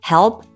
Help